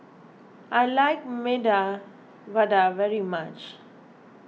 I like Medu Vada very much